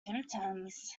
symptoms